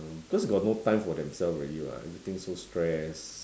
because they got no time for themself already [what] everything so stress